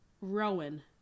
Rowan